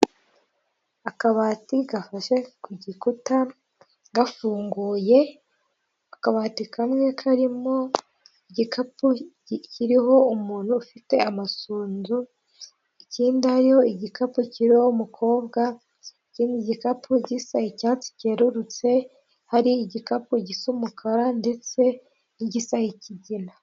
Akabati gafashe ku gikuta gafunguye, akabati kamwe karimo igikapu kiriho umuntu ufite amasunzu ikindi ariho igikapu kiri umukobwa, igikapu gisa icyatsi cyerurutse ari igikapu gisa umukara ndetse n'igisa ikigina.